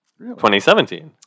2017